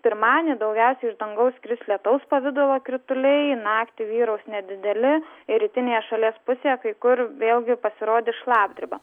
pirmadienį daugiausiai iš dangaus kris lietaus pavidalo krituliai naktį vyraus nedideli rytinėje šalies pusėje kai kur vėlgi pasirodys šlapdriba